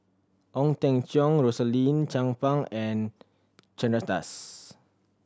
Ong Teng Cheong Rosaline Chan Pang and Chandra Das